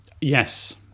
Yes